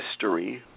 history